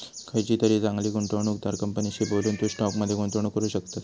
खयचीतरी चांगली गुंवणूकदार कंपनीशी बोलून, तू स्टॉक मध्ये गुंतवणूक करू शकतस